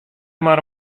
mar